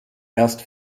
erst